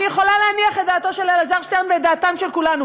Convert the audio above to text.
אני יכולה להניח את דעתו של אלעזר שטרן ואת דעת כולנו: